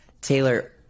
Taylor